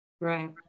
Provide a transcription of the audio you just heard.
Right